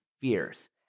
fears